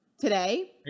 today